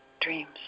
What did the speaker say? dreams